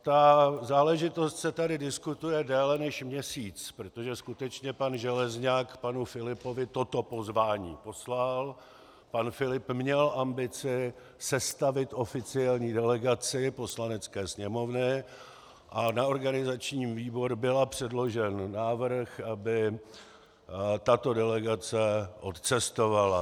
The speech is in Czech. Ta záležitost se tady diskutuje déle než měsíc, protože skutečně pan Železňak panu Filipovi toto pozvání poslal, pan Filip měl ambici sestavit oficiální delegaci Poslanecké sněmovny a na organizační výbor byl předložen návrh, aby tato delegace odcestovala.